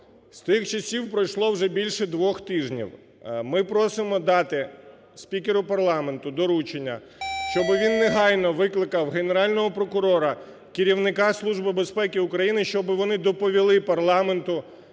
З тих часів пройшло вже більше двох тижнів. Ми просимо дати спікеру парламенту доручення, щоб він негайно викликав Генерального прокурора, керівника Служби безпеки України, щоб вони доповіли парламенту